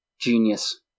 genius